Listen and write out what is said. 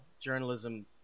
journalism